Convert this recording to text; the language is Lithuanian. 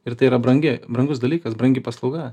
ir tai yra brangi brangus dalykas brangi paslauga